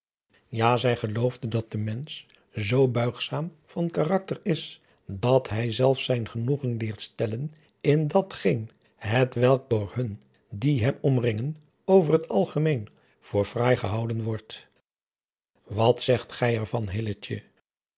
ja zij geloofde dat de mensch zoo buigzaam van karakter is dat hij zelfs zijn genoegen leert stellen in dat geen het welk door hun die hem omringen over het algemeen voor fraai gehouden wordt wat zegt gij er